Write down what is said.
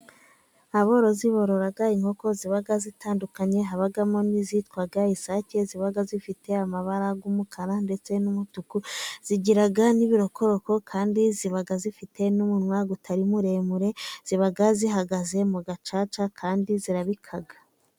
Aborozi bororaga inkoko ziba zitandukanye, habamo n'izitwa isake ziba zifite amabara y'umukara ndetse n'umutuku, zigira n'ibiroroko, kandi ziba zifite n'umunwa utari muremure, ziba zihagaze mu gacaca, kandi zirabika.